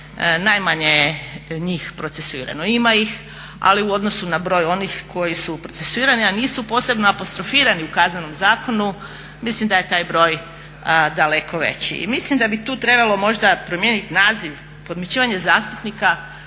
najmanje je njih procesuirano. Ima ih, ali u odnosu na broj onih koji su procesuirani, a nisu posebno apostrofirani u Kaznenom zakonu mislim da je taj broj daleko veći. I mislim da bi tu trebalo možda promijeniti naziv, podmićivanje zastupnika